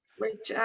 which,